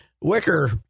Wicker